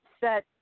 set